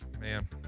man